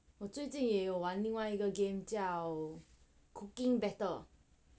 我最近也有玩另外一个 game 叫 cooking battle